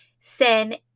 sin